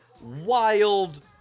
wild